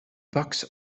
bucks